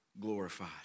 glorified